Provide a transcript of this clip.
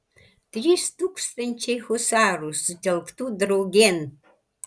trys tūkstančiai husarų sutelktų draugėn